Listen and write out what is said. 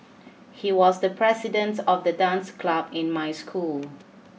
he was the president of the dance club in my school